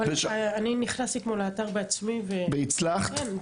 אני נכנסתי אתמול לאתר בעצמי והצלחתי.